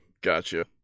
gotcha